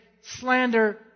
slander